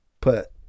put